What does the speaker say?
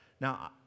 Now